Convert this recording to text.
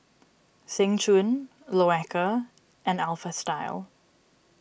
Seng Choon Loacker and Alpha Style